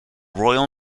royal